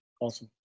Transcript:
awesome